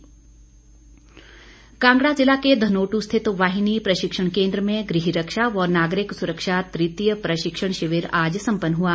सरवीण चौधरी कांगड़ा ज़िला के धनोट् स्थित वाहिनी प्रशिक्षण केन्द्र में गृह रक्षा व नागरिक सुरक्षा तृतीय प्रशिक्षण शिविर आज सम्पन्न हुआ